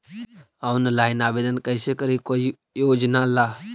Online आवेदन कैसे करी कोई योजना ला?